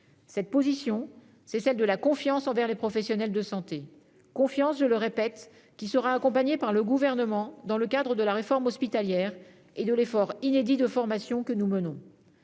Cette position, c'est celle de la confiance envers les professionnels de santé, une confiance, je le répète, qui sera accompagnée par le Gouvernement, dans le cadre de la réforme hospitalière et de l'effort inédit de formation que nous menons.